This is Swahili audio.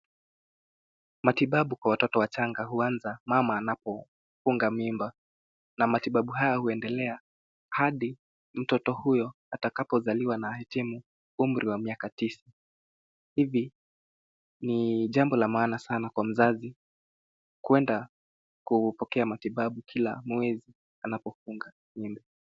Matibabu kwa watoto wachanga huanza mama anapofunga mimba na matibabu haya huendelea hadi mtoto huyo atakapozaliwa na ahitimu umri wa miaka tisa. Hivi ni jambo la maana sana kwa mzazi kwenda kupokea matibabu kila mwezi anapofunga mimba.